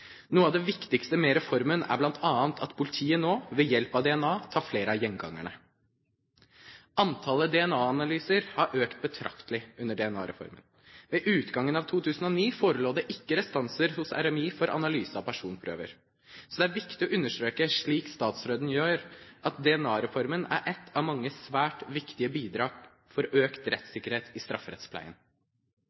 Noe av det viktigste med reformen er bl.a. at politiet nå, ved hjelp av DNA, tar flere av gjengangerne. Antallet DNA-analyser har økt betraktelig under DNA-reformen. Ved utgangen av 2009 forelå det ikke restanser hos RMI for analyse av personprøver. Det er viktig å understreke, slik statsråden gjør, at DNA-reformen er et av mange, svært viktige bidrag for økt rettssikkerhet i strafferettspleien.